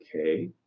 Okay